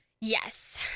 Yes